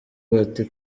bati